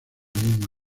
misma